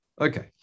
Okay